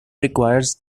requires